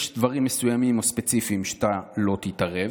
יש דברים מסוימים או ספציפיים שאתה לא תתערב,